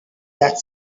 got